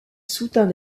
soutint